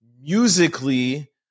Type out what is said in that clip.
musically